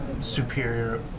superior